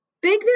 big